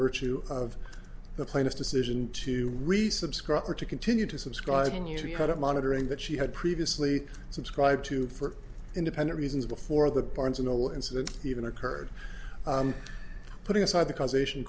virtue of the plaintiff's decision to resubscribe or to continue to subscribing you had a monitoring that she had previously subscribed to for independent reasons before the barnes and noble incident even occurred putting aside the causation